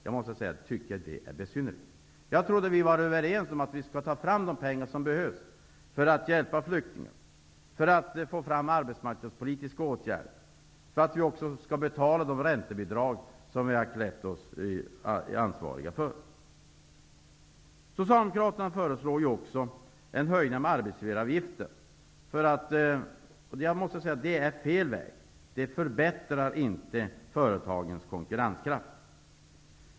Jag måste säga att jag tycker att det är besynnerligt. Jag trodde att vi var överens om att vi skall ta fram de pengar som behövs för att hjälpa flyktingar, för att få fram arbetsmarknadspolitiska åtgärder, för att betala de ränteutgifter som vi har iklätt oss ansvar för. Socialdemokraterna föreslår en höjning av arbetsgivaravgiften. Jag måste säga att det är fel väg. Det förbättrar inte företagens konkurrenskraft.